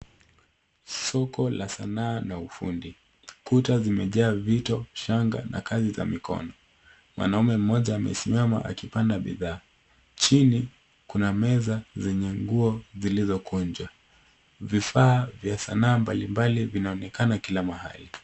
Soko la sanaa na ufundi. Kuta zimejaa vito, shanga na kazi za mikono. Mwanamume mmoja amesimama akipangaa bidhaa. Chini kuna meza zenye nguo zilizokunjwa. Vifaa vya sanaa mbalimbali vinaonekana kila mahali.